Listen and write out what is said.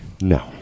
No